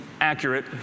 accurate